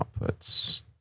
outputs